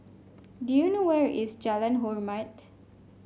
do you know where is Jalan Hormat